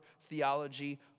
theology